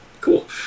Cool